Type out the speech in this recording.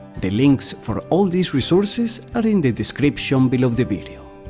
the links for all these resources are in the description below the video.